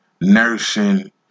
nursing